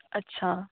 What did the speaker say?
अच्छा